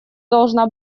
должна